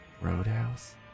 Roadhouse